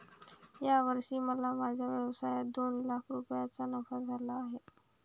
या वर्षी मला माझ्या व्यवसायात दोन लाख रुपयांचा नफा झाला आहे